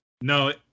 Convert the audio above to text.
No